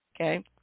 okay